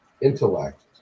intellect